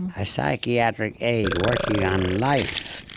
a psychiatric aide working on life.